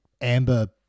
Amber